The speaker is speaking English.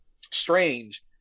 Strange